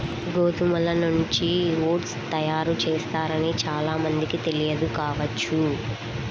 గోధుమల నుంచి ఓట్స్ తయారు చేస్తారని చాలా మందికి తెలియదు కావచ్చు